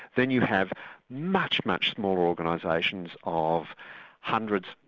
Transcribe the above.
then you have much, much smaller organisations of hundreds,